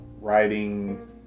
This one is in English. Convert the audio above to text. writing